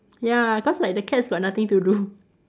ya cause like the cats got nothing to do